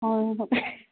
ꯑꯧ ꯍꯣꯏ